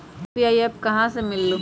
UPI app कहा से मिलेलु?